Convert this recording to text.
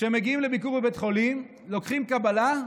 כשהם מגיעים לביקור בבית חולים, לוקחים קבלה,